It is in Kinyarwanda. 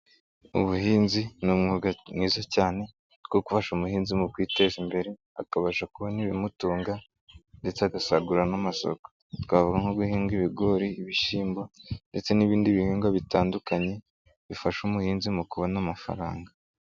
Ubuhinzi ni umwuga mwiza cyane wo gufasha umuhinzi mu kwiteza imbere, akabasha kubona ibimutunga ndetse agasagura n'amasoko. Twavuga nko guhinga ibigori, ibishyimbo, ndetse n'ibindi bihingwa bitandukanye bifasha umuhinzi mu kubona amafaranga.